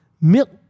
milk